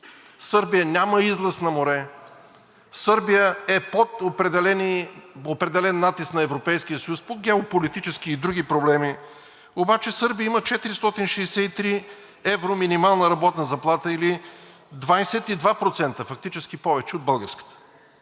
Сърбия няма излаз на море, Сърбия е под определен натиск на Европейския съюз по геополитически и други проблеми, обаче Сърбия има 463 евро минимална работна заплата, или 22% фактически повече от българската.